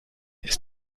ist